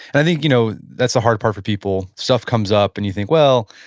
and i think, you know that's the hard part for people. stuff comes up, and you think, well,